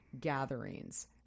gatherings